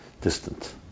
distant